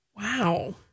Wow